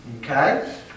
Okay